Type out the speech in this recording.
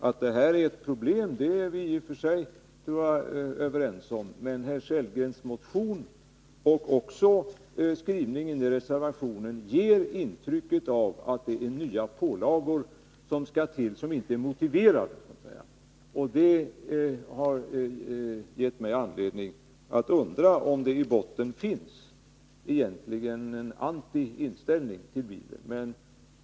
Att bilismens samhällskostnader är ett problem är vi överens om, men herr Sellgrens motion och reservation ger som sagt ett intryck av att det är nya pålagor han vill ha och de är inte motiverade. Därför har jag undrat om det inte egentligen i botten finns en negativ inställning till bilismen.